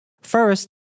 First